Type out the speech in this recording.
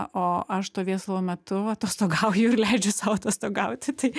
o aš to viesulo metu atostogauju ir leidžiu sau atostogauti tai